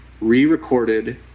re-recorded